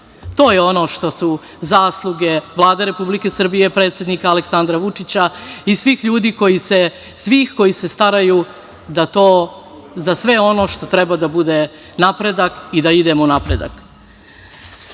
je ono što su zasluge Vlade Republike Srbije, predsednika Aleksandra Vučića i svih ljudi koji se staraju da to, za sve ono što treba da bude napredak i da idemo u napredak. Ne